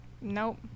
nope